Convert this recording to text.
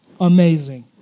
Amazing